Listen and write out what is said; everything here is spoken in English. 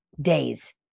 Days